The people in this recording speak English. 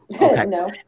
No